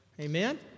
Amen